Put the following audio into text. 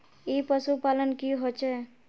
ई पशुपालन की होचे?